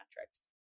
metrics